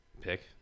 pick